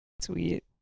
Sweet